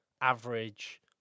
average